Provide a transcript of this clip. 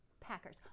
Packers